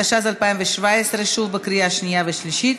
התשע"ז 2017, התקבלה בקריאה שנייה ובקריאה שלישית